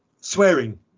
Swearing